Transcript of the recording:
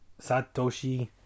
Satoshi